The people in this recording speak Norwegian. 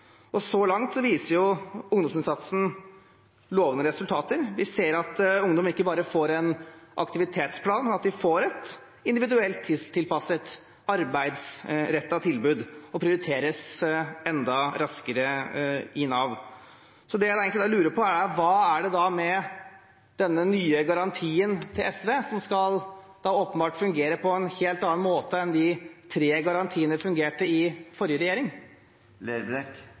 og så langt viser ungdomsinnsatsen lovende resultater. Vi ser at ungdom ikke bare får en aktivitetsplan, men de får et individuelt tilpasset arbeidsrettet tilbud og prioriteres enda raskere i Nav. Det jeg egentlig lurer på, er hva det er med denne nye garantien til SV, som åpenbart skal fungere på en helt annen måte enn de tre garantiene fungerte under forrige regjering.